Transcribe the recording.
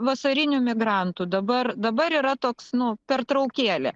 vasarinių migrantų dabar dabar yra toks nu pertraukėlė